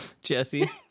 Jesse